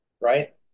right